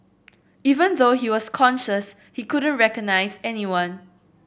even though he was conscious he couldn't recognise anyone